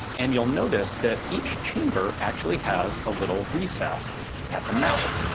and you'll notice that each chamber actually has a little recess at the mouth.